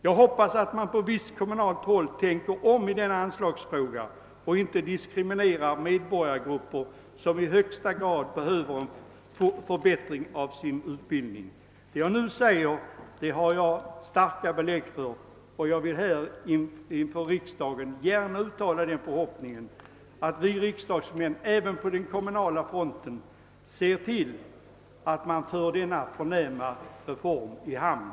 Jag hoppas att man på visst kommunalt håll tänker om i denna anslagsfråga och inte diskriminerar medborgargrupper som i högsta grad behöver en förbättring av sin utbildning. Det jag nu framhåller har jag starka belägg för, och jag vill inför kammarens ledamöter uttala den förhoppningen att vi riksdagsmän även på den kommunala fronten ser till att den förnämliga reform vi nu diskuterar förs i hamn.